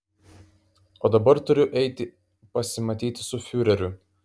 o dabar turiu eiti pasimatyti su fiureriu